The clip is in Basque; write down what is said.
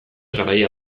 garaia